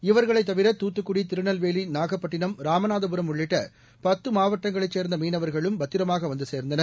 இவர்களைத் தவிர தூத்துக்குடி திருநெல்வேலி நாகப்பட்டினம் ராமநாதபுரம் உள்ளிட்ட பத்து மாவட்டங்களைச் சேர்ந்த மீனவர்களும் பத்திரமாக வந்து சேர்ந்தனர்